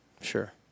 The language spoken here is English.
Sure